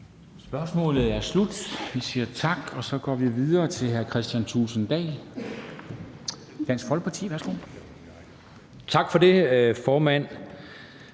Spørgsmålet er slut. Vi siger tak. Så går vi videre til hr. Kristian Thulesen Dahl, Dansk Folkeparti. Værsgo. Kl. 13:37 Spm.